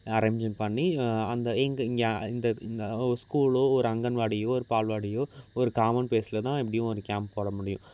arrangement பண்ணி அந்த எங்கே இங்கே இந்த ஸ்கூலோ ஒரு அங்கன்வாடியோ ஒரு பால்வாடியோ ஒரு காமன் ப்ளேஸில் தான் எப்படியும் ஒரு கேம்ப் போட முடியும்